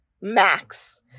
Max